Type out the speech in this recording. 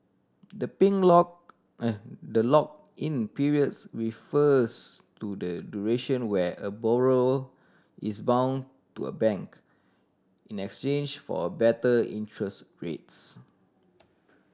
the the lock in periods refers to the duration where a borrow is bound to a bank in exchange for a better interest rates